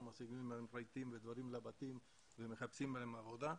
משיגים להם רהיטים ודברים לבתים ומחפשים להם עבודה.